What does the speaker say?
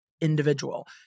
individual